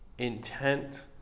intent